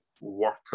worker